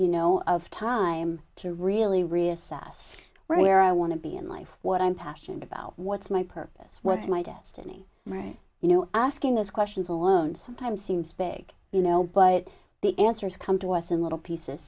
you know of time to really reassess where i want to be in life what i'm passionate about what's my purpose what's my destiny right you know asking those questions alone sometimes seems beg you know but the answers come to us in little pieces